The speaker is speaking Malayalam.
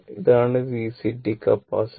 ഇതാണ് VC t കപ്പാസിറ്റർ